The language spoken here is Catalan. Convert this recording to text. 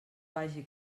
vagi